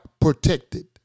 protected